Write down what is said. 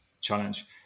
challenge